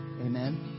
Amen